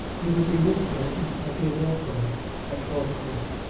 he would be with burton at the adelphi at twelve o'clock.